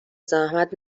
زحمت